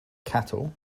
cattle